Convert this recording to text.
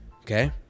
okay